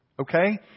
okay